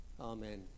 Amen